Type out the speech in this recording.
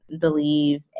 believe